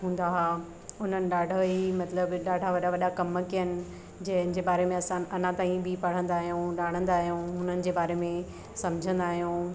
हूंदा हा हुननि ॾाढो ई मतिलब ॾाढा वॾा वॾा कम कया आहिनि जंहिंजे बारे में असां अञा ताईं बि पढ़ंदा आहियूं ॼाणंदा आहियूं उन्हनि जे बारे में सम्झंदा आहियूं